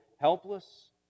helpless